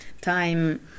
time